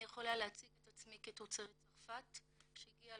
אני יכולה להציג את עצמי כתוצרת צרפת שהגיעה